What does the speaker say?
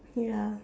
ya